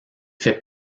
fait